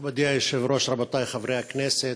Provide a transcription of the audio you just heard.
מכובדי היושב-ראש, רבותי חברי הכנסת,